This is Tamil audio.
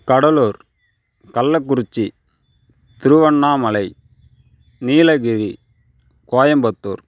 கடலூர் கள்ளக்குறிச்சி திருவண்ணாமலை நீலகிரி கோயம்புத்தூர்